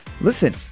listen